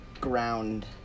ground